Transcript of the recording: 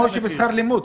זה כמו בשכר לימוד,